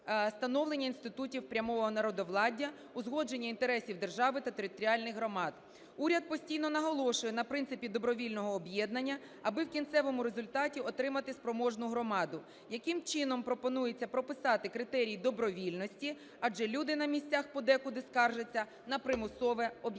становлення інститутів прямого народовладдя, узгодження інтересів держави та територіальних громад? Уряд постійно наголошує на принципі добровільного об'єднання, аби в кінцевому результаті отримати спроможну громаду, яким чином пропонується прописати критерії добровільності, адже люди на місцях подекуди скаржаться на примусове об'єднання?